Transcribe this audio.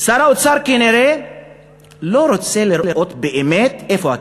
שר האוצר כנראה לא רוצה לראות באמת איפה הכסף,